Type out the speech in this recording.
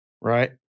Right